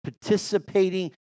participating